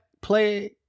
play